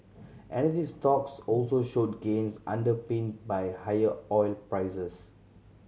energy stocks also showed gains underpinned by higher oil prices